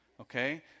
Okay